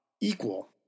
equal